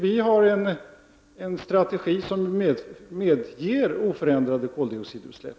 Vi har en strategi som medger oförändrade koldioxidutsläpp.